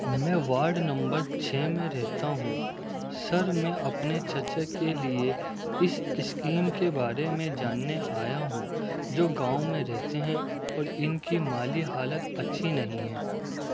میں ward number چھ میں رہتا ہوں سر میں اپنے چچا کے لیے اس سکیم کے بارے میں جاننے آیا ہوں جو گاؤں میں رہتے ہیں اور ان کی مالی حالت اچھی نہیں ہے